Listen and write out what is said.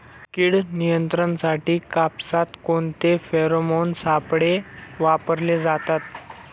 कीड नियंत्रणासाठी कापसात कोणते फेरोमोन सापळे वापरले जातात?